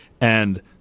And-